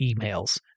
emails